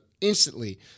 instantly